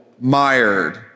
mired